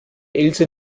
ilse